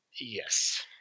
Yes